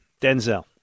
Denzel